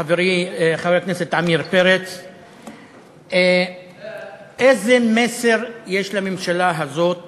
חברי חבר הכנסת עמיר פרץ, איזה מסר יש לממשלה הזאת